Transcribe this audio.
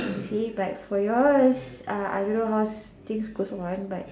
see but for yours uh I don't know how's things goes on